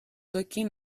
looking